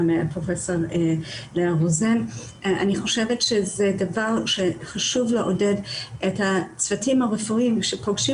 אני חושבת שחשוב לעודד את הצוותים הרפואיים שפוגשים